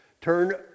turn